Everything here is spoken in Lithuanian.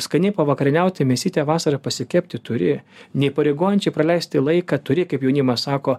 skaniai pavakarieniauti mėsytę vasarą pasikepti turi neįpareigojančiai praleisti laiką turi kaip jaunimas sako